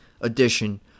edition